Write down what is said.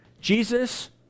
Jesus